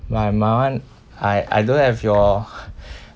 like my one I I don't have your